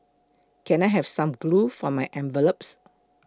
can I have some glue for my envelopes